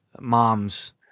mom's